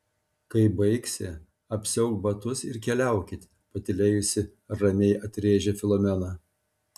kai baigsi apsiauk batus ir keliaukit patylėjusi ramiai atrėžė filomena